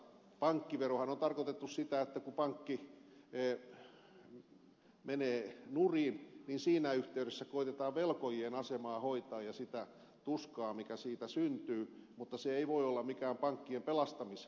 pankkiverohan on tarkoitettu siihen että kun pankki menee nurin siinä yhteydessä koetetaan velkojien asemaa hoitaa ja sitä tuskaa mikä siitä syntyy mutta se ei voi olla mikään pankkien pelastamisvero